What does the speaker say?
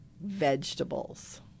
vegetables